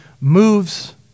moves